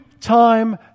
time